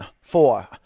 four